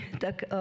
tak